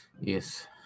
Yes